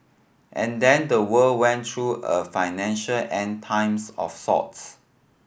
and then the world went through a financial End Times of sorts